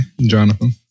Jonathan